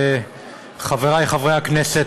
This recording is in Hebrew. חבריי חברי הכנסת,